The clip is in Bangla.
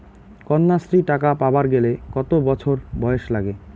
কন্যাশ্রী টাকা পাবার গেলে কতো বছর বয়স লাগে?